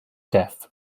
death